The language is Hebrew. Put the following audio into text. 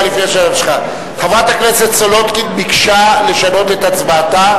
חברת הכנסת סולודקין ביקשה לשנות את הצבעתה.